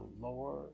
Lord